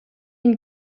une